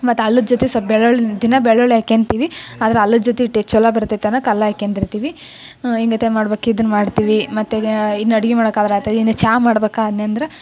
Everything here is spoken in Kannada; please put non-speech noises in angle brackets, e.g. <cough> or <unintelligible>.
ಮತ್ತು ಅಲ್ಲದ ಜೊತೆ ಸ್ವಲ್ಪ ಬೆಳೊಳ್ಳಿ ದಿನ ಬೆಳ್ಳುಳ್ಳಿ ಹಾಕೋಂತಿವಿ ಆದ್ರೆ ಅಲ್ಲದ ಜೊತೆಗ್ ಟೆ ಛಲೋ ಬರ್ತದೆ ಅನ್ನೋಕ್ ಅಲ್ಲ ಹಾಕೋಂದಿರ್ತಿವಿ ಹೀಗತೆ ಮಾಡ್ಬೇಕ್ ಇದನ್ನು ಮಾಡ್ತೀವಿ ಮತ್ತು ಇನ್ನೂ ಅಡುಗೆ ಮಾಡ್ಬೇಕಾದ್ರ <unintelligible> ಇನ್ನೂ ಚಹಾ ಮಾಡ್ಬೇಕಾದೆನಂದ್ರ